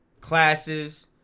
classes